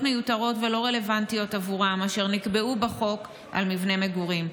מיותרות ולא רלוונטיות עבורם אשר נקבעו בחוק על מבני מגורים.